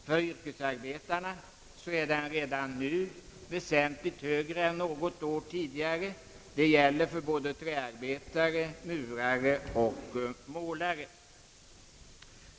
För yrkesarbetarna är arbetslösheten redan nu väsentligt högre än något år tidigare. Det gäller för träarbetare, murare och målare.